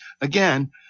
again